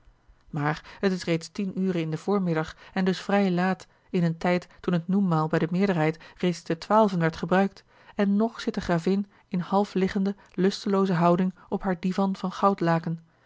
maar het is reeds tien ure in den voormiddag en dus vrij laat in een tijd toen het noenmaal bij de meerderheid reeds te twaalfen werd gebruikt en nog zit de gravin in half liggende lustelooze houding op haar divan van goudlaken